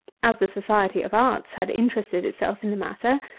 as the society of arts had interested itself in the matter,